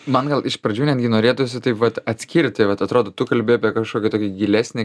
man gal iš pradžių netgi norėtųsi taip vat atskirti vat atrodo tu kalbi apie kažkokį tokį gilesnį